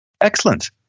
Excellent